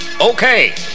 Okay